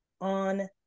on